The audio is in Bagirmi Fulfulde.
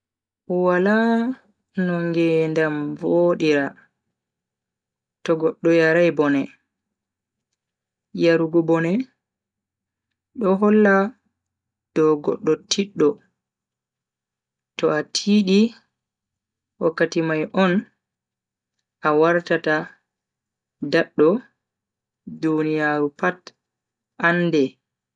Wala no ngeedam vodira to goddo yarai bone. yarugo bone do holla do goddo tiddo. to a tiidi wakkati mai on a wartata daddo duniyaaru pat ande.